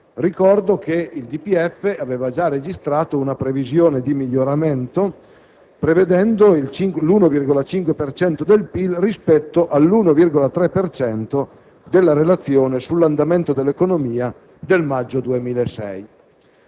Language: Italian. Ricordo che il DPEF aveva già registrato una previsione di miglioramento prevedendo l'1,5 per cento del PIL rispetto all'1,3 per cento della Relazione sull'andamento dell'economia del maggio 2006.